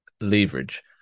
leverage